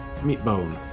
Meatbone